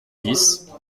dix